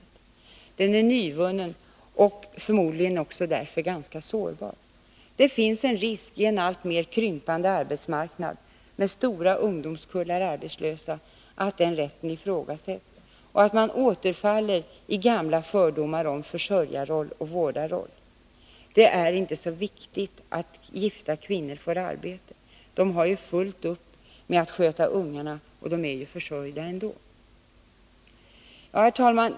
Den rätten är nyvunnen och förmodligen också därför ganska sårbar. Det finns en risk, i en alltmer krympande arbetsmarknad med stora ungdomskullar arbetslösa, att den rätten ifrågasätts och att man återfaller i gamla fördomar om försörjarroll och vårdarroll: Det är inte så viktigt att gifta kvinnor får arbete — de har ju fullt upp med att sköta ungarna, och de är ju försörjda ändå. Herr talman!